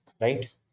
right